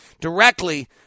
directly